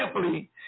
simply